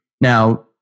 Now